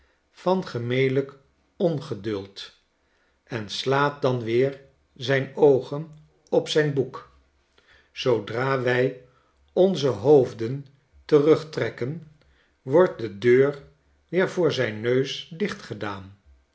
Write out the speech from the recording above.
van gemelijk ongeduld en slaat dan weer zijn oogen op zijn boek zoodra wy onze hoofden terugtrekken wordt de deur weer voor zijn neus dicht gedaan